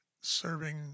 serving